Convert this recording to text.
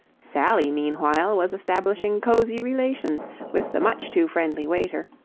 sally, meanwhile, was establishing cosy relations with the much too friendly waiter,